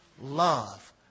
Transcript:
Love